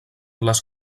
les